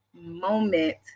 moment